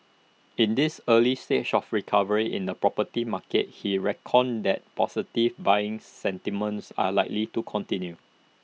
in this early stage of recovery in the property market he reckoned that positive buying sentiments are likely to continue